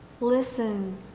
Listen